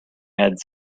had